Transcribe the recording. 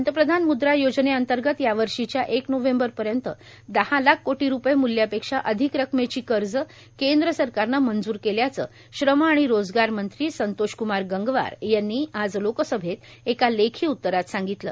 पंतप्रधान मुद्रा योजनेअंतर्गत यावर्षीच्या एक नोव्हेंबरपर्यंत दहा लाख कोटी रूपये मुल्यापेक्षा अधिक रकमेची कर्ज केंद्र सरकारनं मंजूर केल्याचं श्रम आणि रोजगार मंत्री संतोष कुमार गंगवार यांनी आज लोकसभेत एका लेखी उत्तरात सांगितलं